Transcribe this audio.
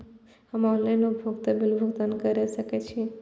हम ऑनलाइन उपभोगता बिल भुगतान कर सकैछी?